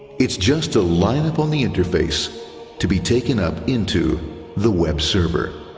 it's just a line up on the interface to be taken up into the web server.